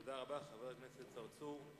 תודה רבה לחבר הכנסת צרצור.